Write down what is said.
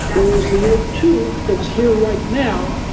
or is the o two that's here right now,